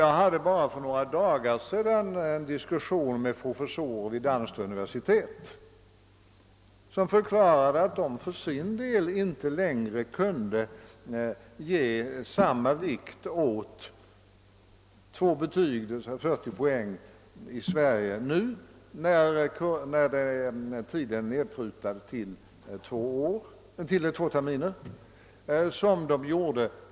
Jag hade för bara några dagar sedan en diskussion med professorer vid ett danskt universitet, vilka förklarade att de inte längre kunde lägga samma vikt vid en utbildning omfattande 2 betyg, dvs. 40 poäng, i Sverige sedan studietiden härför nedprutats till två terminer.